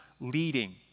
leading